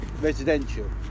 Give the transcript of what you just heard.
residential